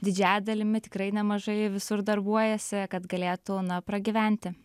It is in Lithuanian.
didžiąja dalimi tikrai nemažai visur darbuojasi kad galėtų na pragyventi